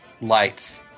lights